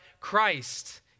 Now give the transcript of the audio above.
Christ